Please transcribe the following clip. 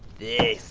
the